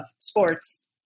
sports